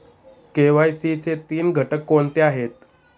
KYC चे तीन घटक कोणते आहेत?